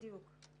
כן.